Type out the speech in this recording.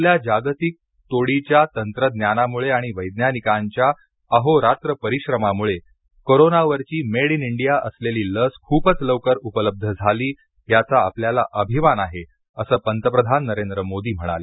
आपल्या जागतिक तोडीच्या तंत्रज्ञानामुळे आणि वैज्ञानिकांच्या अहोरात्र परिश्रमामुळे कोरोंना वर ची मेड इन इंडिया असलेली लस खूपच लवकर उपलब्ध झाली याचा आपल्याला अभिमान आहे असं पतप्रधान नरेंद्र मोदी म्हणाले